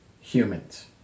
humans